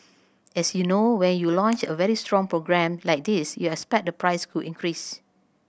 as you know when you launch a very strong program like this you expect the price could increase